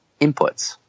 inputs